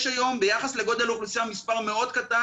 היום ביחס לגודל האוכלוסייה מספר מאוד קטן.